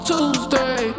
Tuesday